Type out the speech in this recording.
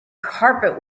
carpet